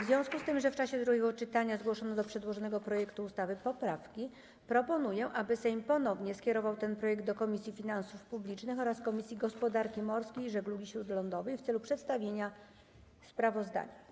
W związku z tym, że w czasie drugiego czytania zgłoszono do przedłożonego projektu ustawy poprawki, proponuję, aby Sejm ponownie skierował ten projekt do Komisji Finansów Publicznych oraz Komisji Gospodarki Morskiej i Żeglugi Śródlądowej w celu przedstawienia sprawozdania.